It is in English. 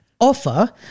offer